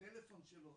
לטלפון שלו,